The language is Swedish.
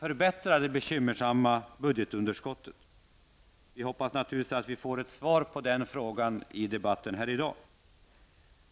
minska det bekymmersamma budgetunderskottet? Vi hoppas naturligtvis att vi får ett svar på den frågan i debatten i dag.